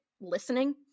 listening